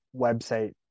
website